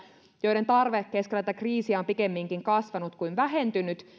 joiden tarve keskellä tätä kriisiä on pikemminkin kasvanut kuin vähentynyt